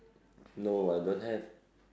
no I don't have